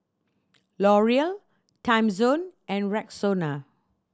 L'Oreal Timezone and Rexona